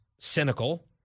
cynical